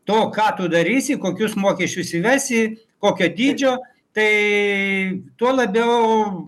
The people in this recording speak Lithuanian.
to ką tu darysi kokius mokesčius įvesi kokio dydžio tai tuo labiau